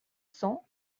cents